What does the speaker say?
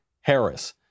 Harris